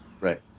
Right